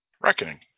Reckoning